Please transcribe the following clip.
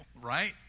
right